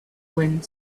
wind